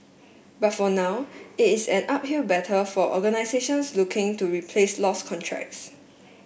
but for now it is an uphill battle for organisations looking to replace lost contracts